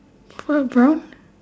what brown